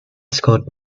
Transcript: scored